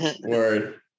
Word